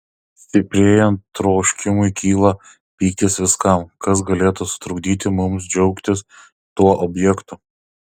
stiprėjant troškimui kyla pyktis viskam kas galėtų sutrukdyti mums džiaugtis tuo objektu